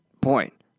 point